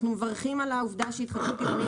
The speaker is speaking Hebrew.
אנחנו מברכים על העובדה שהתחדשות עירונית